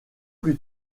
plus